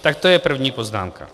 Tak to je první poznámka.